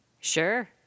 Sure